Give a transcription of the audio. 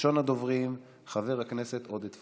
מס' 1070, 1071, 1077, 1084